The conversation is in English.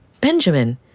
Benjamin